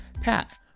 Pat